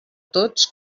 tots